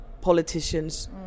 politicians